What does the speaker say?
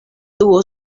dúo